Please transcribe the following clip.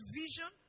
vision